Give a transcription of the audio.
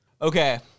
Okay